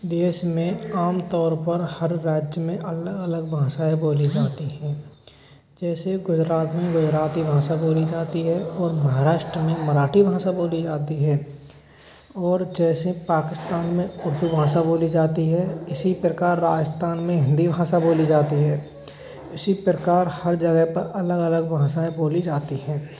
देश में आमतौर पर हर राज्य में अलग अलग भाषाएँ बोली जाती हैं जैसे गुजरात में गुजराती भाषा बोली जाती है और महाराष्ट्र में मराठी भाषा बोली जाती है और जैसे पाकिस्तान में उर्दू भाषा बोली जाती है इसी प्रकार राजस्थान में हिंदी भाषा बोली जाती है इसी प्रकार हर जगह पर अलग अलग भाषाएँ बोली जाती है